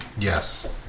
Yes